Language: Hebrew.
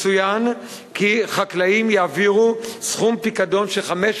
מצוין כי חקלאים יעבירו סכום פיקדון של 500